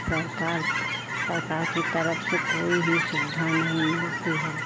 सरकार सरकार की तरफ से कोई ही सुविधा नहीं मिलती है